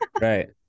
right